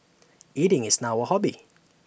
eating is now A hobby